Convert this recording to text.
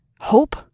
Hope